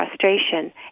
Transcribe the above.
frustration